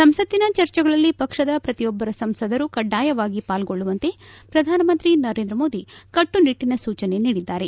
ಸಂಸತ್ತಿನ ಚರ್ಚೆಗಳಲ್ಲಿ ಪಕ್ಷದ ಪ್ರಶಿಯೊಬ್ಬರ ಸಂಸದರು ಕಡ್ಡಾಯವಾಗಿ ಪಾಲ್ಗೊಳ್ಳುವಂತೆ ಪ್ರಧಾನಮಂತ್ರಿ ನರೇಂದ್ರ ಮೋದಿ ಕಟ್ಟುನಿಟ್ಟಿನ ಸೂಚನೆ ನೀಡಿದ್ದಾರೆ